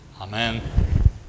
Amen